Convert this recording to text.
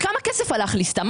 כמה כסף הלך לי סתם?